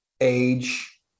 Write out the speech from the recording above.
age